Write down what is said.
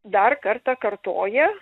dar kartą kartoja